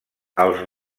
als